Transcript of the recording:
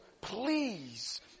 please